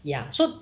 ya so